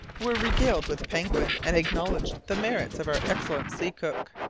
were regaled with penguin, and acknowledged the merits of our excellent sea-cook.